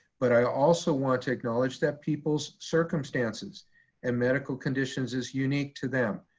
but i also want to acknowledge that people's circumstances and medical conditions is unique to them.